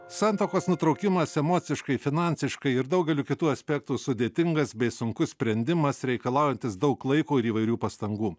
santuokos nutraukimas emociškai finansiškai ir daugeliu kitų aspektų sudėtingas bei sunkus sprendimas reikalaujantis daug laiko ir įvairių pastangų